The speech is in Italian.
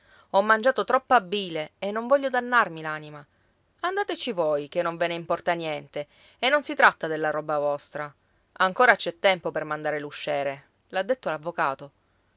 ho mangiato troppa bile e non voglio dannarmi l'anima andateci voi che non ve ne importa niente e non si tratta della roba vostra ancora c'è tempo per mandare l'usciere l'ha detto